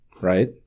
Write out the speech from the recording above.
right